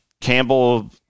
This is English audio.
Campbell